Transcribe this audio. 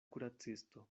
kuracisto